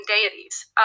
deities